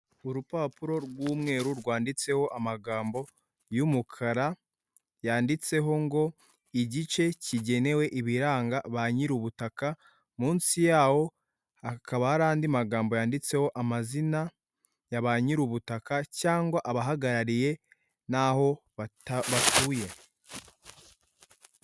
Urupapuro rw'umweru rwanditseho amagambo y'umukara, yanditseho ngo igice kigenewe ibiranga ba nyiri ubutaka. Munsi yawo hakaba hari andi magambo yanditseho amazina ya ba nyiri ubutaka cyangwa abahagarariye n'aho bata batuye.